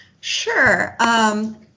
Sure